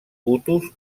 hutus